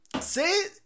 See